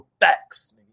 facts